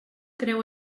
creu